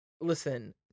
listen